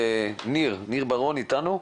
ניר בראון איתנו?